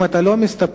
אם אתה לא מסתפק,